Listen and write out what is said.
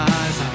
eyes